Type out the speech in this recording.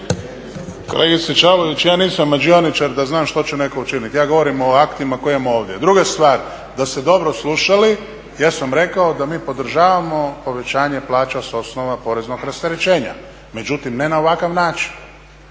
Kolegice Čavlović, ja nisam mađioničar da znam što će netko učiniti. Ja govorim o aktima koje imamo ovdje. Druga stvar, da ste dobro slušali, ja sam rekao da mi podržavamo povećanje plaća s osnova poreznog rasterećenja. Međutim, ne na ovakav način.